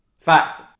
fact